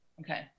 Okay